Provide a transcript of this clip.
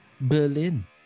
Berlin